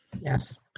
Yes